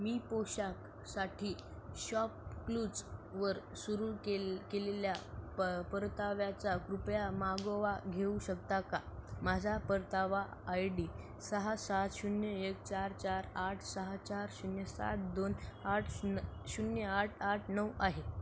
मी पोशाखसाठी शॉपक्लूजवर सुरू केल् केलेल्या प परताव्याचा कृपया मागोवा घेऊ शकता का माझा परतावा आय डी सहा सात शून्य एक चार चार आठ सहा चार शून्य सात दोन आठ शून शून्य आठ आठ नऊ आहे